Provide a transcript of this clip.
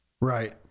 Right